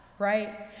right